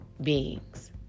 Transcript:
beings